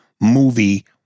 movie